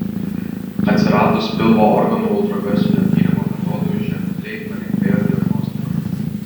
atsiradus pilvo organų ultragarsinio tyrimo metodui ženkliai palengvėjo diagnostika